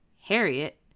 Harriet